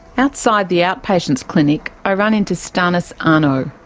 outside the outpatients clinic i run into stanis ano.